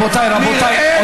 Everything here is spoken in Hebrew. רבותיי,